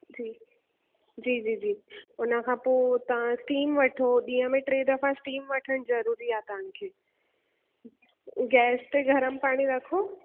जी जी जी जी उन खां पोइ तव्हां स्टीम वठो ॾींहं में टे दफ़ा स्टीम वठणु ज़रूरी आहे तव्हां खे गैस ते गरम पाणी रखो